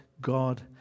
God